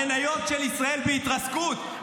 המניות של ישראל בהתרסקות,